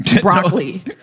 broccoli